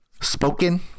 spoken